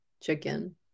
chicken